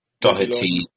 Doherty